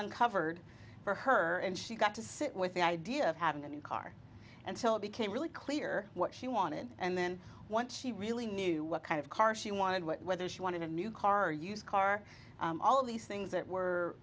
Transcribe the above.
uncovered for her and she got to sit with the idea of having a new car until it became really clear what she wanted and then once she really knew what kind of car she wanted what whether she wanted a new car used car all of these things that were